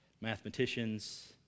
mathematicians